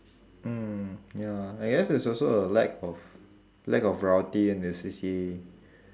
mm ya I guess it's also a lack of lack of variety in the C_C_A